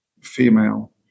female